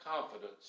confidence